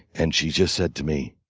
and she just said to me,